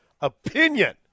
opinion